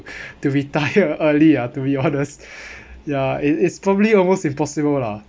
to retire early ah to be honest ya it it's probably almost impossible lah